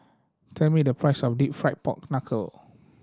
tell me the price of Deep Fried Pork Knuckle